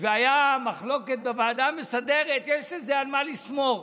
והייתה מחלוקת בוועדה המסדרת יש לזה על מה לסמוך.